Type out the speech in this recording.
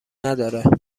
نداره